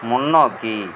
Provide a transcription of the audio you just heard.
முன்னோக்கி